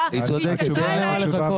והיא התקשרה אליי שאני אשכנע את הליכוד.